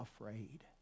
afraid